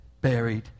buried